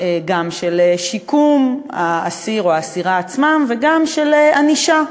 גם של שיקום האסיר או האסירה עצמם וגם של ענישה,